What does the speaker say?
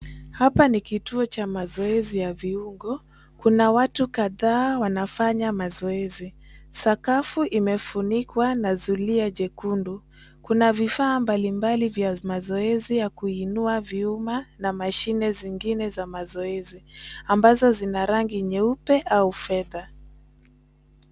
Hapa ni kituo cha mazoezi ya viungo. Kuna watu kadhaa wanafanya mazoezi. Sakafu imefunikwa na zulia jekundu. Kuna vifaa mbalimbali vya mazoezi ya kuinua vyuma na mashine zingine za mazoezi ambazo zina rangi nyeupe au fedha.